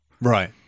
Right